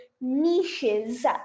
niches